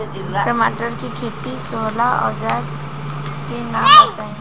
टमाटर के खेत सोहेला औजर के नाम बताई?